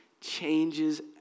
changes